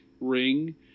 ring